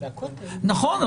נכון,